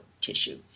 tissue